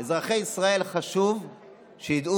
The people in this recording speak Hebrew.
אזרחי ישראל, חשוב שידעו